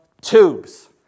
tubes